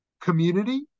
community